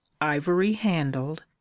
ivory-handled